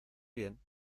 bien